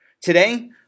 Today